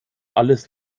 alles